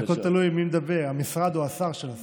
הכול תלוי מי מדבר, המשרד או השר.